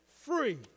free